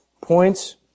points